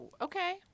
Okay